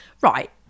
Right